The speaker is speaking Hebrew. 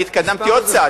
אני התקדמתי עוד צעד,